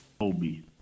Obi